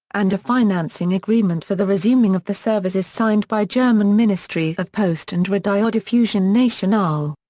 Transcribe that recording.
and a financing agreement for the resuming of the service is signed by german ministry of post and radiodiffusion nationale.